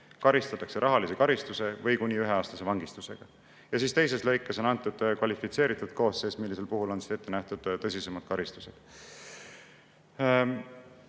karistatakse rahalise karistuse või kuni üheaastase vangistusega. Ja teises lõikes on antud kvalifitseeritud koosseis, mille puhul on ette nähtud tõsisemad karistused.